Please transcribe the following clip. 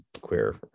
queer